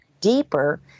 deeper